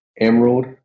Emerald